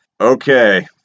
Okay